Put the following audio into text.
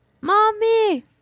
Mommy